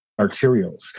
arterials